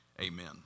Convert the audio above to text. amen